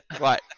Right